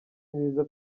nziza